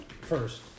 first